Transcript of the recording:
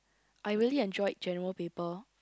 I really enjoyed General Paper